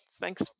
thanks